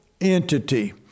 entity